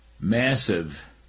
massive